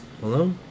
Hello